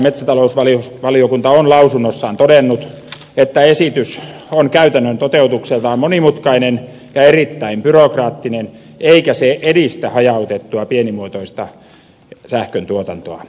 maa ja metsätalousvaliokunta on lausunnossaan todennut että esitys on käytännön toteutukseltaan monimutkainen ja erittäin byrokraattinen eikä se edistä hajautettua pienimuotoista sähköntuotantoa